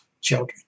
children